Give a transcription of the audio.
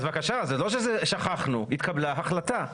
אז בבקשה, זה לא ששכחנו: התקבלה החלטה.